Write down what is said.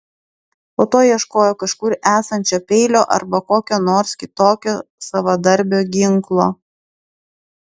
po to ieškojo kažkur esančio peilio arba kokio nors kitokio savadarbio ginklo